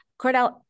Cordell